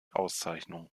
auszeichnung